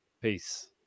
Peace